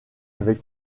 avec